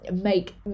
make